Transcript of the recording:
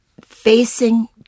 facing